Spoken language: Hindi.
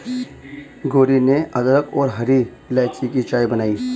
गौरी ने अदरक और हरी इलायची की चाय बनाई